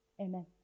Amen